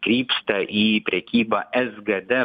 krypsta į prekybą sgd